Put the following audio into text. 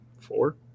four